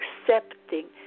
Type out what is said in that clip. accepting